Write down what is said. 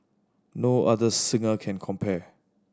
no other singer can compare